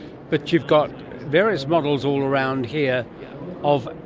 but you've got various models all around here of.